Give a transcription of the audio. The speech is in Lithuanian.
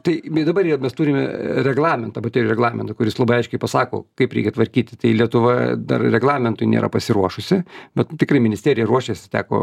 tai bet dabar yra mes turime reglamentą baterijų reglamento kuris labai aiškiai pasako kaip reikia tvarkyti tai lietuva dar reglamentui nėra pasiruošusi bet tikrai ministerija ruošiasi teko